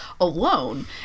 alone